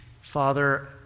Father